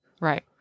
Right